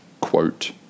quote